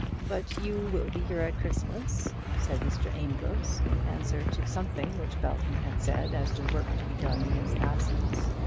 but you will be here at christmas? said mr. amedroz, in answer to something which belton had said as to work to be done in his absence.